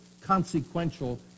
consequential